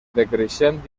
decreixent